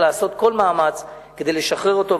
לעשות כל מאמץ כדי לשחרר אותו,